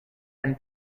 and